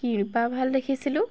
কি ৰূপবা ভাল দেখিছিলোঁ